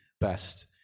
best